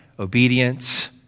obedience